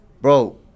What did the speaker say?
bro